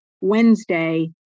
Wednesday